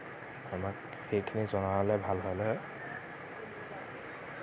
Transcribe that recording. আমাক সেইখিনি জনালে ভাল হ'লে হয়